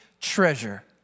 treasure